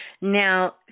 Now